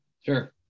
Sure